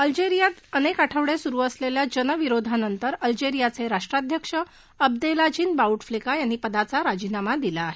अल्जेरियात अनेक आठवडे सुरु असलेल्या जनविरोधानंतर अल्जेरियाचे राष्ट्राध्यक्ष अब्देलाजिन बाऊ फ्लिका यांनी पदाचा राजीनामा दिला आहे